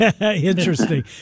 interesting